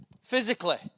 physically